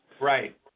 Right